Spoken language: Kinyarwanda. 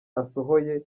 asohoye